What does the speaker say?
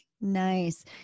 Nice